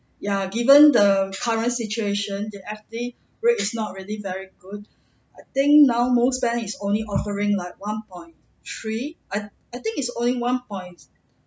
yeah given the current situation your F_D rate is not really very good I think now most bank is only offering about one point three I I think it's only one point